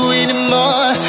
anymore